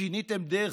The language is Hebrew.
שיניתם דרך